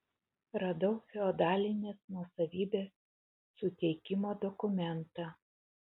radau feodalinės nuosavybės suteikimo dokumentą